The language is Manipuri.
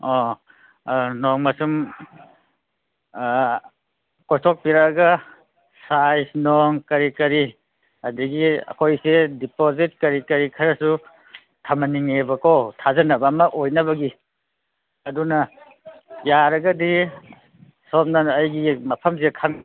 ꯑꯣ ꯅꯣꯡꯃꯁꯨꯝ ꯀꯣꯏꯊꯣꯛꯄꯤꯔꯛꯑꯒ ꯁꯥꯏꯖ ꯅꯨꯡ ꯀꯔꯤ ꯀꯔꯤ ꯑꯗꯒꯤ ꯑꯩꯈꯣꯏꯁꯦ ꯗꯤꯄꯣꯖꯤꯠ ꯀꯔꯤ ꯀꯔꯤ ꯈꯔꯁꯨ ꯊꯝꯍꯟꯅꯤꯡꯉꯦꯕꯀꯣ ꯊꯥꯖꯅꯕ ꯑꯃ ꯑꯣꯏꯅꯕꯒꯤ ꯑꯗꯨꯅ ꯌꯥꯔꯒꯗꯤ ꯁꯣꯝꯅ ꯑꯩꯒꯤ ꯃꯐꯝꯁꯦ